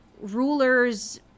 rulers